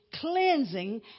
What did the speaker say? cleansing